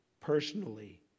personally